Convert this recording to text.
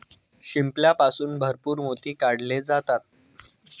शिंपल्यापासून भरपूर मोती काढले जातात